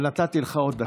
אבל נתתי לך עוד דקה.